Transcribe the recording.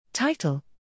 Title